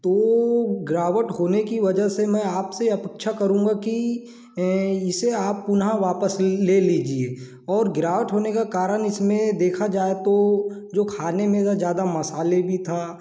तो गिरावट होने की वजह से मैं आपसे अपेक्षा करूँगा कि इसे आप पुनः वापस ले लीजिए और गिरावट होने का कारण इसमें देखा जाए तो जो खाने में ज़्यादा मसाले भी था